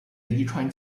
遗传